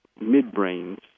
midbrains